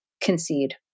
concede